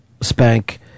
Spank